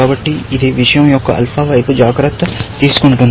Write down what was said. కాబట్టి ఇది విషయం యొక్క ఆల్ఫా వైపు జాగ్రత్త తీసుకుంటుంది